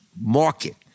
market